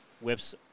whips